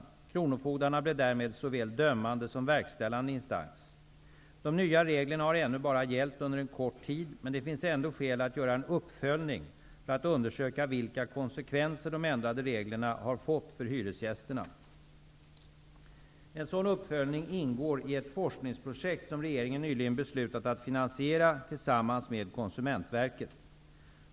Kronofogdarna blev därmed såväl dömande som verkställande instans. De nya reglerna har ännu bara gällt under en kort tid, men det finns ändå skäl att göra en uppföljning för att undersöka vilka konsekvenser de ändrade reglerna har fått för hyresgästerna. En sådan uppföljning ingår i ett forskningsprojekt som regeringen nyligen beslutat att finansiera tillsammans med Konsumentverket.